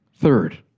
Third